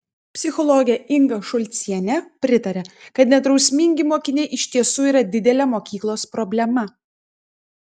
psichologė inga šulcienė pritaria kad nedrausmingi mokiniai iš tiesų yra didelė mokyklos problema